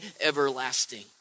everlasting